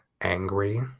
angry